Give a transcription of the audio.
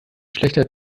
schlechter